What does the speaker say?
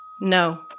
No